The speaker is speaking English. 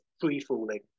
free-falling